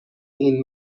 این